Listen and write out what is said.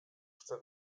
chcę